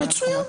מצוין.